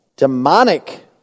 demonic